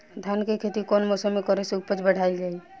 धान के खेती कौन मौसम में करे से उपज बढ़ाईल जाई?